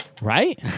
right